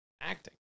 acting